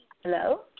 Hello